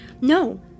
No